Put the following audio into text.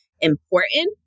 important